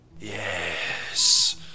Yes